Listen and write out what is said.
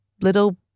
little